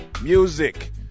music